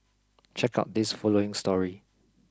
check out this following story